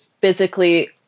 physically